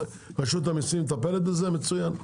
רשות המיסים מטפלת בזה מצוין.